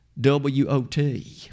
W-O-T